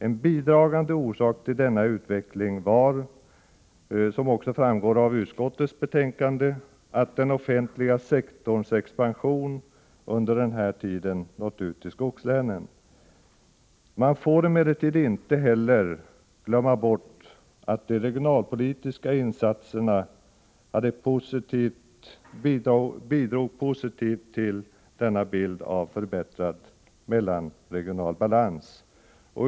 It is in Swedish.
En bidragande orsak till denna utveckling var, som också framgår av utskottets betänkande, att den offentliga sektorns expansion under den här tiden nått ut till skogslänen. Man får emellertid inte heller glömma bort att de regionalpolitiska insatserna positivt bidrog till denna bild av förbättrad mellanregional balans.